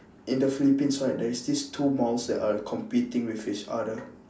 in the philippines right there is these two malls that are competing with each other